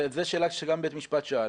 וזו שאלה שגם בית המשפט שאל,